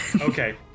Okay